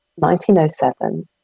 1907